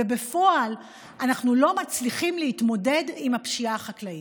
ובפועל אנחנו לא מצליחים להתמודד עם הפשיעה החקלאית?